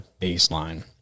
baseline